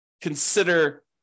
consider